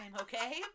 okay